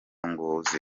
ngogozi